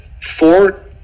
four